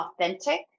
authentic